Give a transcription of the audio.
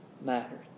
mattered